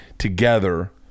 Together